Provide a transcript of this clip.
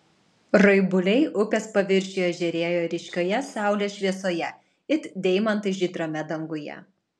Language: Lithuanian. raibuliai upės paviršiuje žėrėjo ryškioje saulės šviesoje it deimantai žydrame danguje